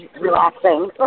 relaxing